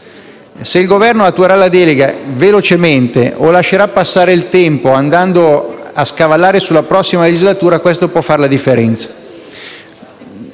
Se il Governo attuerà la delega velocemente o se lascerà passare il tempo, scavalcando la prossima legislatura, può fare la differenza.